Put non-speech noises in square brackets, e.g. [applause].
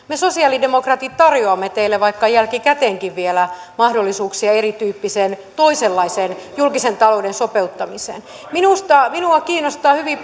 [unintelligible] me sosialidemokraatit tarjoamme teille vaikka vielä jälkikäteenkin mahdollisuuksia erityyppiseen toisenlaiseen julkisen talouden sopeuttamiseen minua minua kiinnostaa hyvin [unintelligible]